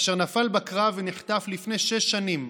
אשר נפל בקרב ונחטף לפני שש שנים,